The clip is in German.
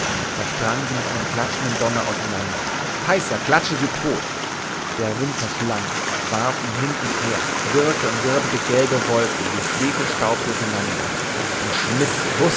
da sprang sie mit einem klatschenden donner auseinander heißa klatsche sie tot der wind verschlang's warf ihn hin und her quirlte und wirbelte gelbe wolken wie schwefelstaub durcheinander und schmiß